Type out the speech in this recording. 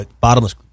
bottomless